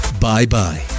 Bye-bye